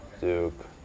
Duke